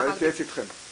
אפשר להתייעץ איתכם.